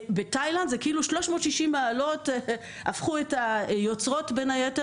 בתאילנד כאילו הפכו את היוצרות ב-180 מעלות,